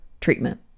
treatment